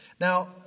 Now